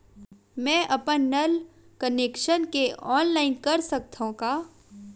मैं अपन नल कनेक्शन के ऑनलाइन कर सकथव का?